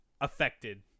affected